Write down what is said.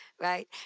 Right